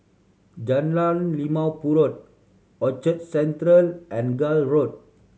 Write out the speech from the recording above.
Jalan Limau Purut Orchard Central and Gul Road